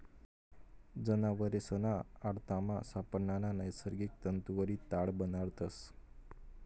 जनावरेसना आतडामा सापडणारा नैसर्गिक तंतुवरी तार बनाडतस